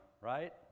right